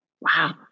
Wow